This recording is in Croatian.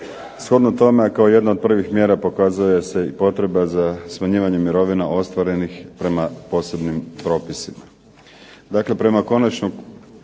Shodno tome, a kao jedna od prvih mjera pokazuje se i potreba za smanjivanjem mirovina ostvarenih prema posebnim propisima.